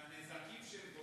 והנזקים שהם גורמים?